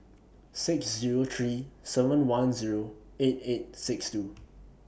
six Zero three seven one Zero eight eight six two